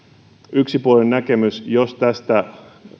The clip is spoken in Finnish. yksipuolinen näkemys jos tästä